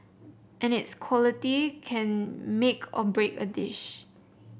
and its quality can make or break a dish